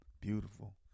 Beautiful